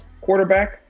quarterback